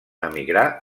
emigrar